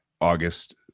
August